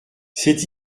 c’est